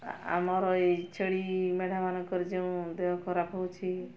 ଆମର ଏହି ଛେଳି ମେଣ୍ଢାମାନଙ୍କରେ ଯେଉଁ ଦେହ ଖରାପ ହେଉଛି